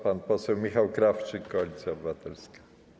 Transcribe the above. Pan poseł Michał Krawczyk, Koalicja Obywatelska.